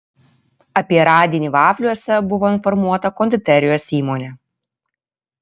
apie radinį vafliuose buvo informuota konditerijos įmonė